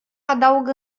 adaug